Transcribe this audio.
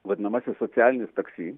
vadinamasis socialinis taksi